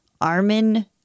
Armin